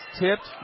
tipped